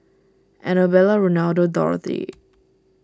Annabella Ronaldo Dorothy